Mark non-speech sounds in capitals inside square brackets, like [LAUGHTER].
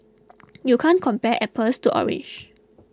[NOISE] you can't compare apples to oranges